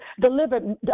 Delivered